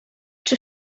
czy